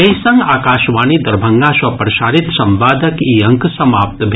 एहि संग आकाशवाणी दरभंगा सँ प्रसारित संवादक ई अंक समाप्त भेल